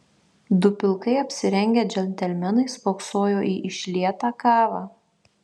du pilkai apsirengę džentelmenai spoksojo į išlietą kavą